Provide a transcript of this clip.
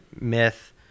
myth